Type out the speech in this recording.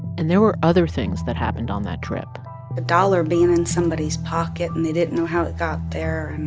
and there were other things that happened on that trip the dollar being in somebody's pocket, and they didn't know how it got there. and.